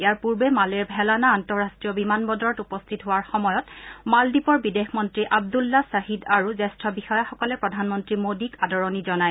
ইয়াৰ পূৰ্বে মালেৰ ভেলানা আন্তঃৰাষ্টীয় বিমান বন্দৰত উপস্থিত হোৱাৰ সময়ত মালদ্বীপৰ বিদেশ মন্ত্ৰী আব্দুল্লা চাহিদ আৰু জ্যেষ্ঠ বিষয়াসকলে প্ৰধানমন্ত্ৰী মোদীক আদৰণি জনায়